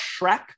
Shrek